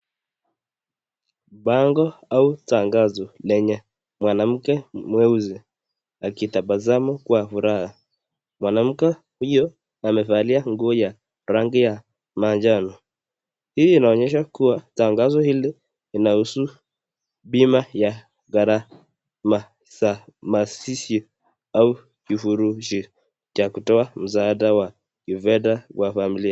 Bango au tangazo lenye mwanamke mweusi akitabasamu kwa furaha. Mwanamke huyo amevalia nguo ya rangi ya manjano. Hii inaonyesha kuwa tangazo hili inahusu bima ya gharama za masishi au vifurushi cha kutoa msaada wa kifedha wa familia.